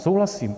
Souhlasím.